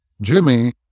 Jimmy